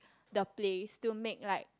the place to make like